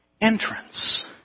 entrance